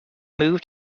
moved